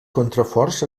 contraforts